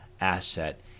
asset